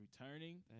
returning